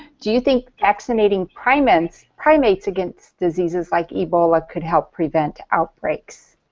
do you think vaccinating primates primates against diseases like ebola could help prevent outbreaks?